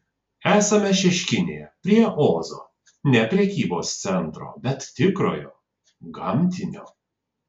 esame šeškinėje prie ozo ne prekybos centro bet tikrojo gamtinio